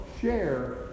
share